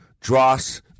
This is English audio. dross